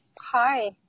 Hi